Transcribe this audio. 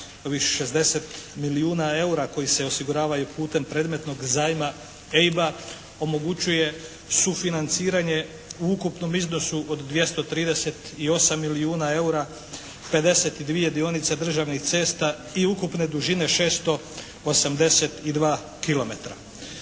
ovih 60 milijuna eura koji se osiguravaju putem predmetnog zajma EIB-a omogućuje sufinanciranje u ukupnom iznosu od 238 milijuna eura, 52 dionice državnih cesta i ukupne dužine 682 kilometra.